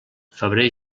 febrer